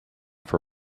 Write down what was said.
for